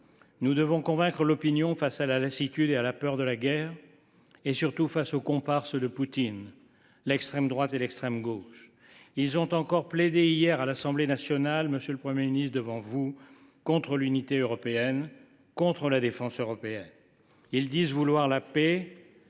Nous devons convaincre l’opinion face à la lassitude et à la peur de la guerre, et, surtout, face aux comparses de Poutine, l’extrême droite et l’extrême gauche. Ces derniers ont encore plaidé hier, à l’Assemblée nationale, devant vous, monsieur le Premier ministre, contre l’unité européenne et la défense européenne. Ils disent vouloir la paix.